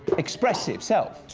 expressive self.